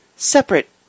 separate